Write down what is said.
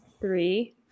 three